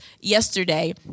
yesterday